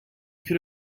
could